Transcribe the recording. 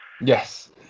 Yes